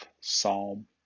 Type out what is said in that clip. Psalm